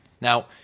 Now